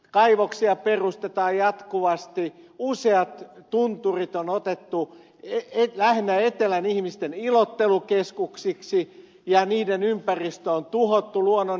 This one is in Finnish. kaivoksia perustetaan jatkuvasti useat tunturit on otettu lähinnä etelän ihmisten ilottelukeskuksiksi ja niiden ympäristö on tuhottu luonnon näkökulmasta